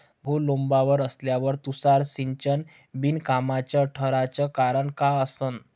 गहू लोम्बावर आल्यावर तुषार सिंचन बिनकामाचं ठराचं कारन का असन?